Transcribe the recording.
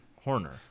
Horner